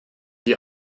die